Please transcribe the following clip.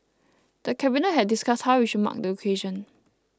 the Cabinet had discussed how we should mark the occasion